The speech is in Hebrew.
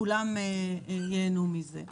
כולם ייהנו מזה.